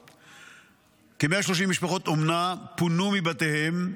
כ-130 משפחות אומנה פונו מבתיהן,